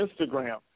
Instagram